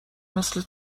مثل